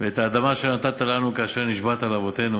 ואת האדמה אשר נתתה לנו כאשר נשבעת לאבתינו